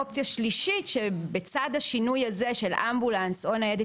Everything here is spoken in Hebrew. אופציה שלישית שבצד השינוי הזה של אמבולנס או ניידת